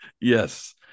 Yes